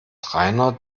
rainer